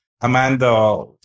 amanda